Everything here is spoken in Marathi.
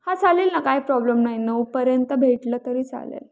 हा चालेल ना काही प्रॉब्लेम नाही नऊपर्यंत भेटलं तरी चालेल